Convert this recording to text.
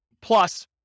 plus